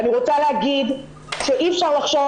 ואני רוצה להגיד שאי אפשר לחשוב,